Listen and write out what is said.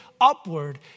upward